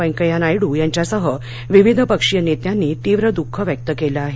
वेंकय्या नायडू यांच्यासह विविध पक्षीय नेत्यांनी तीव्र दुःख व्यक्त केलं आहे